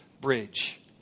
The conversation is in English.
bridge